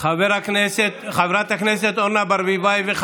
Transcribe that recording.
חברת הכנסת קארין אלהרר, תודה רבה לך.